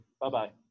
Bye-bye